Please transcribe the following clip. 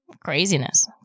Craziness